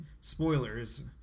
spoilers